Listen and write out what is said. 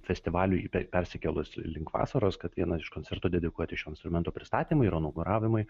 festivaliui per persikėlus link vasaros kad vieną iš koncertų dedikuoti šio instrumento pristatymui ir nauguravimui